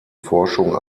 forschung